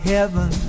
Heaven